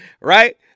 right